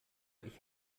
ich